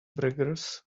braggers